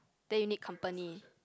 then you need company